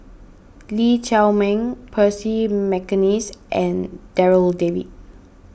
Lee Chiaw Meng Percy McNeice and Darryl David